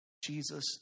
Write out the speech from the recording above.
Jesus